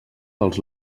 dels